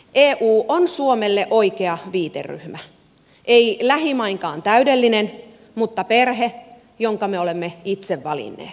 eu on suomelle oikea viiteryhmä ei lähimainkaan täydellinen mutta perhe jonka me olemme itse valinneet